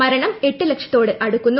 മരണം എട്ട് ലക്ഷത്തോട് അടുക്കുന്നു